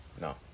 No